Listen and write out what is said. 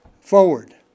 forward